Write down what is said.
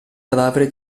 cadavere